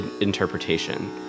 interpretation